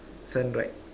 sun right